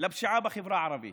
לפשיעה בחברה הערבית.